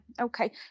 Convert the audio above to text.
Okay